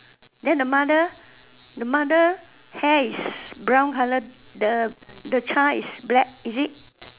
then the mother the mother hair is brown color the the child is black is it